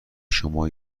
شما